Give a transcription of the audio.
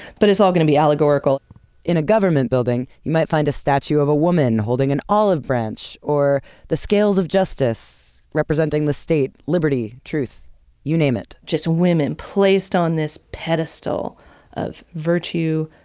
but it's all going to be allegorical in a government building you might find a statue of a woman holding an olive branch, or the scales of justice, representing the state, liberty, truth you name it. just a women placed on this pedestal of virtue,